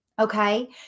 okay